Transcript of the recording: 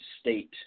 state